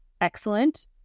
excellent